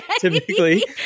Typically